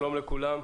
שלום לכולם,